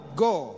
go